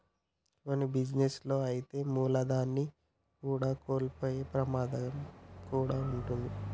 కొన్ని బిజినెస్ లలో అయితే మూలధనాన్ని కూడా కోల్పోయే ప్రమాదం కూడా వుంటది